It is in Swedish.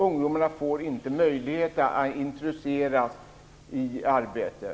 Ungdomarna får inte möjlighet att bli intresserade av arbetet.